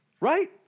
right